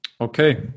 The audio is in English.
okay